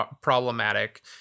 problematic